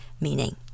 meaning